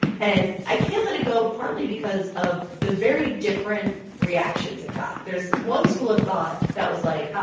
and i can't let it go partly because of the very different reactions it got. there's one school of ah thought that was, like, ah